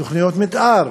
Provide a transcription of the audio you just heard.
תוכניות מתאר